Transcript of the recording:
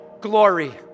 glory